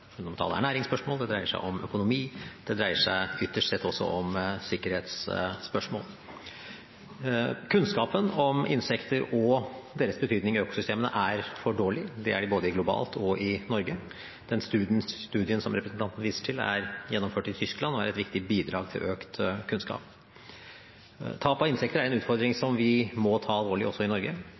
ernæringsspørsmål, det dreier seg om økonomi, det dreier seg ytterst sett også om sikkerhetsspørsmål. Kunnskapen om insekter og deres betydning i økosystemene er for dårlig, både globalt og i Norge. Den studien som representanten viser til, er gjennomført i Tyskland, og er et viktig bidrag til økt kunnskap. Tap av insekter er en utfordring som vi må ta på alvor også i Norge.